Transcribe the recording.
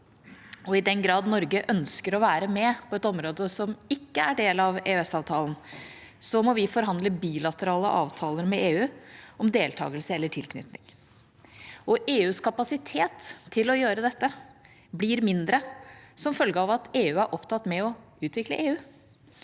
I den grad Norge ønsker å være med på et område som ikke er en del av EØS-avtalen, må vi forhandle bilaterale avtaler med EU om deltakelse eller tilknytning. EUs kapasitet til å gjøre dette blir mindre som følge av at EU er opptatt med å utvikle EU